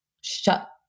shut